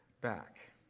back